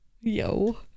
Yo